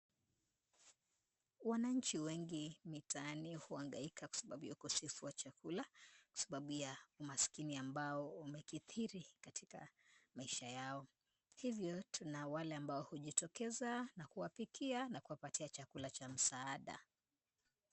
Wananchi wengi mitaani huhangaika kwasababu ya ukosefu wa chakula, kwasababu ya umaskini ambao umekidhili katika maisha yao. Hivyo tuna wale ambao hujitokeza na kuwapikia na kuwapatia chakula cha msaada.